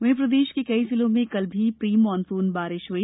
वहीं प्रदेश के कई जिलों में कल भी प्री मानसून बारिश हुई